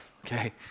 Okay